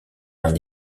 vingt